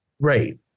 Right